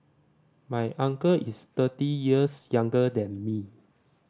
my uncle is thirty years younger than me